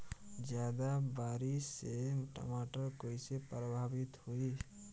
ज्यादा बारिस से टमाटर कइसे प्रभावित होयी?